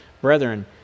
Brethren